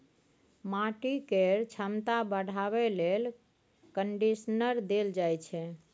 माटि केर छमता बढ़ाबे लेल कंडीशनर देल जाइ छै